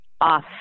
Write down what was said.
off